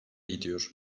gidiyor